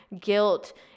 guilt